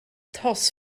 toss